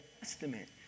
Testament